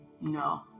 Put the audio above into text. no